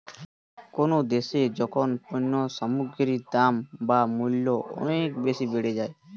কোনো দ্যাশে যখন পণ্য সামগ্রীর দাম বা মূল্য অনেক বেশি বেড়ে যায়